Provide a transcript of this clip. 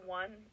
one